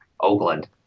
Oakland